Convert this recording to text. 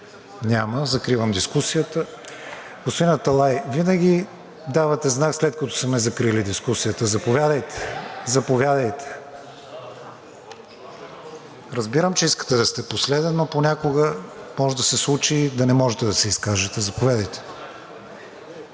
Няма. Закривам дискусията. Господин Аталай, винаги давате знак, след като сме закрили дискусията. Заповядайте. Заповядайте. Разбирам, че искате да сте последен, но понякога може да се случи да не можете да се изкажете. Заповядайте.